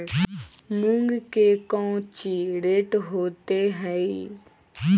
मूंग के कौची रेट होते हई?